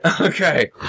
Okay